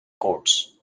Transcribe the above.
courts